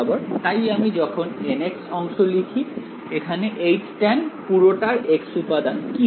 তাই আমি যখন nx অংশ লিখি এখানে Htan পুরোটার x উপাদান কি পাই